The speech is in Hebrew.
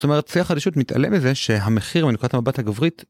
זאת אומרת, צי החדשות מתעלה מזה שהמחיר מנקודת המבט לגברית...